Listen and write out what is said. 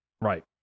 right